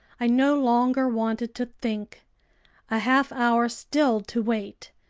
i no longer wanted to think a half hour still to wait!